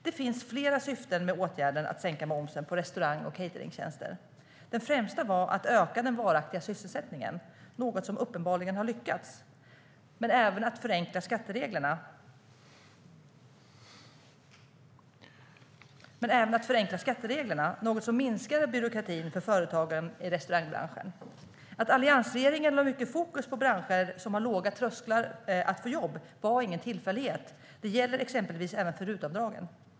Det fanns flera syften med åtgärden att sänka momsen på restaurang och cateringtjänster. Den främsta var att öka den varaktiga sysselsättningen - något som uppenbarligen har lyckats - men även att förenkla skattereglerna, något som minskar byråkratin för företagen i restaurangbranschen. Att alliansregeringen lade mycket fokus på branscher som har låga trösklar till jobb var ingen tillfällighet. Det gäller exempelvis även för RUT-tjänsterna.